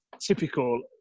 typical